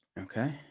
Okay